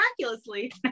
miraculously